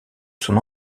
son